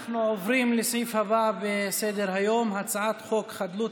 אנחנו עוברים לסעיף הבא בסדר-היום: הצעת חוק חדלות